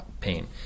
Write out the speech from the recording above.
pain